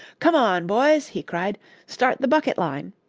come on, boys! he cried start the bucket line,